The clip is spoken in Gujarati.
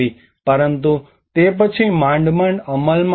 પરંતુ તે પછી માંડ માંડ અમલમાં મૂકાયા